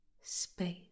Space